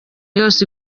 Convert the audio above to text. yose